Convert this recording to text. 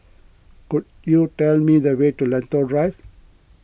could you tell me the way to Lentor Drive